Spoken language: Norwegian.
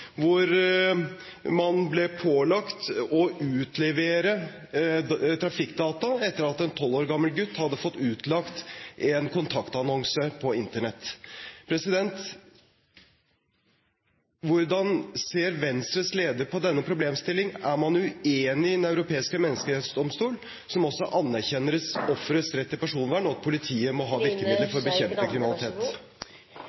hvor man ble pålagt å utlevere trafikkdata etter at en tolv år gammel gutt hadde fått utlagt en kontaktannonse på Internett. Hvordan ser Venstres leder på denne problemstillingen? Er man uenig i Den europeiske menneskerettighetsdomstol, som også anerkjenner offerets rett til personvern, og at politiet må ha virkemidler